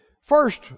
first